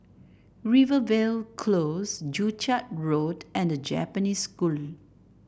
Rivervale Close Joo Chiat Road and The Japanese School